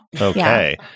Okay